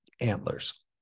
antlers